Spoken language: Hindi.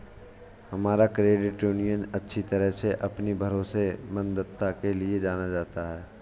हमारा क्रेडिट यूनियन अच्छी तरह से अपनी भरोसेमंदता के लिए जाना जाता है